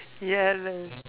ya lah